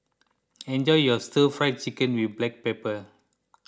enjoy your Stir Fried Chicken with Black Pepper